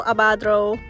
Abadro